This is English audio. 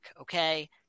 okay